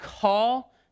call